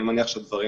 אני מניח שהדברים